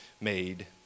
made